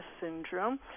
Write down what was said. syndrome